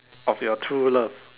of your true love